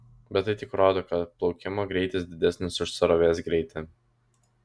bet tai tik rodo kad plaukimo greitis didesnis už srovės greitį